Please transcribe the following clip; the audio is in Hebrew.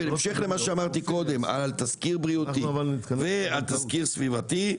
בהמשך למה שאמרתי קודם על תסקיר בריאותי ועל תסקיר סביבתי,